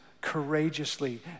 courageously